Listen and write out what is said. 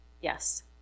yes